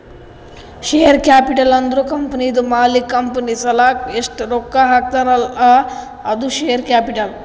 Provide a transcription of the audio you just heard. share capital ಅಂದುರ್ ಕಂಪನಿದು ಮಾಲೀಕ್ ಕಂಪನಿ ಸಲಾಕ್ ಎಸ್ಟ್ ರೊಕ್ಕಾ ಹಾಕ್ತಾನ್ ಅಲ್ಲಾ ಅದು ಶೇರ್ ಕ್ಯಾಪಿಟಲ್